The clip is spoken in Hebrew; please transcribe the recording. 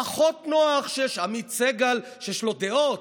פחות נוח שיש עמית סגל, שיש לו דעות.